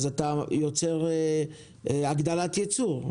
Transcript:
אתה יוצר הגדלת ייצור.